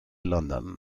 london